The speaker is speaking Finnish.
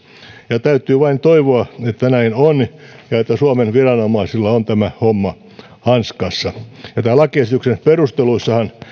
ja täytyy vain toivoa että näin on ja että suomen viranomaisilla on tämä homma hanskassa tämän lakiesityksen perusteluissahan